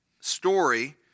story